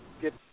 get